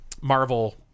Marvel